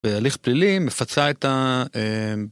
בהליך פלילי מפצה את ה...